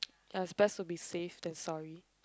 ah it's best to be safe than sorry